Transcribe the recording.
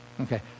okay